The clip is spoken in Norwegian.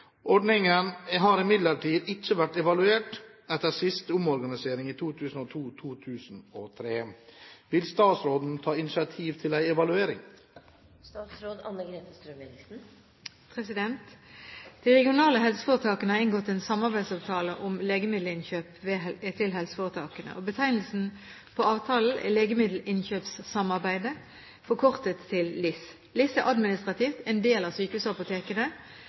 Ordningen har imidlertid ikke vært evaluert etter siste omorganisering i 2002/2003. Vil statsråden ta initiativ til en evaluering?» De regionale helseforetakene har inngått en samarbeidsavtale om legemiddelinnkjøp til helseforetakene. Betegnelsen på avtalen er Legemiddelinnkjøpssamarbeidet, forkortet til LIS. LIS er administrativt en del av Sykehusapotekene,